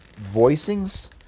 voicings